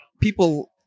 people